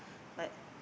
but